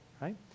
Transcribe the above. right